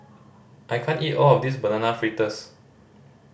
I can't eat all of this Banana Fritters